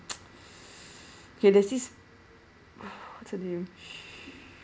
okay there's this what's the name